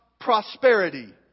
prosperity